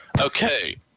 Okay